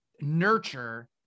nurture